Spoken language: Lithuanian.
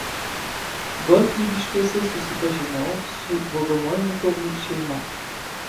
gotlybiškiuose susipažinau su bogomolnikovų šeima